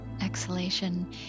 exhalation